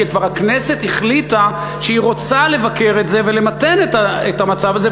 כי כבר הכנסת החליטה שהיא רוצה לבקר את זה ולמתן את המצב הזה,